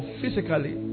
physically